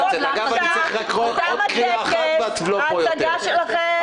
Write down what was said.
תם הטקס, ההצגה שלכם נגמרה.